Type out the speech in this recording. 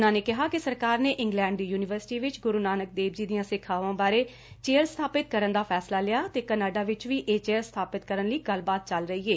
ਉਨ੍ਹਾਂ ਕਿਹਾ ਕਿ ਸਰਕਾਰ ਨੇ ਸਰਕਾਰ ਨੇ ਇੰਗਲੈਡ ਦੀ ਯੂਨੀਵਰਸਿਟੀ ਵਿਚ ਗੁਰੂ ਨਾਨਕ ਦੇਵ ਜੀ ਦੀਆਂ ਸਿੱਖਿਆਵਾਂ ਬਾਰੇ ਚੇਅਰ ਸਬਾਪਿਤ ਕਰਨ ਦਾ ਫੈਸਲਾ ਲਿਆ ਅਤੇ ਕਨਾਡਾ ਵਿਚ ਵੀ ਇਹ ਚੇਅਰ ਸਬਾਪਿਤ ਕਰਨ ਲਈ ਗੱਲਬਾਤ ਚੱਲ ਰਹੀ ਏ